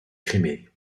crimée